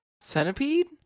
Centipede